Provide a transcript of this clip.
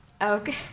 okay